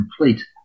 complete